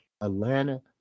Atlanta